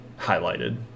highlighted